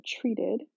treated